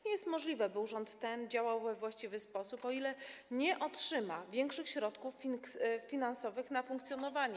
Nie jest możliwe, by urząd ten działał we właściwy sposób, o ile nie otrzyma większych środków finansowych na funkcjonowanie.